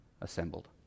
assembled